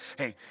hey